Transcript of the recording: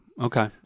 okay